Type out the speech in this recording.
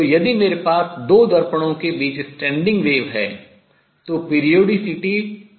तो यदि मेरे पास दो दर्पणों के बीच standing wave अप्रगामी तरंग है तो आवर्तता light2 है